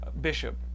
Bishop